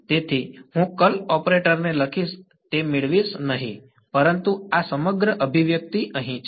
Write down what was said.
તેથી હું તે કર્લ ઓપરેટર ને લખીને તે મેળવીશ નહીં પરંતુ આ સમગ્ર અભિવ્યક્તિ અહીં છે